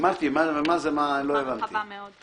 הסמכה רחבה מאוד.